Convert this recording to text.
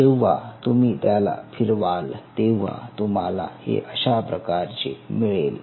जेव्हा तुम्ही त्याला फिरवाल तेव्हा तुम्हाला हे अशा प्रकारचे मिळेल